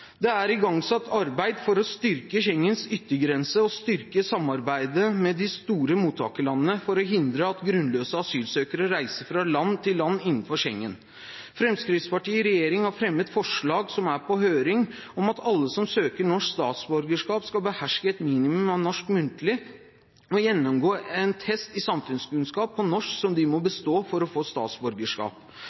Det er igangsatt arbeid for å styrke Schengens yttergrense og styrke samarbeidet med de store mottakerlandene for å hindre at grunnløse asylsøkere reiser fra land til land innenfor Schengen. Fremskrittspartiet i regjering har fremmet forslag, som er på høring, om at alle som søker norsk statsborgerskap, skal beherske et minimum av norsk muntlig og gjennomgå en test i samfunnskunnskap på norsk som de må bestå for å få statsborgerskap.